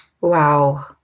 Wow